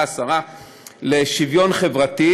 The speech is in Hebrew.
השר לשוויון חברתי,